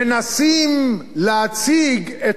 מנסים להציג את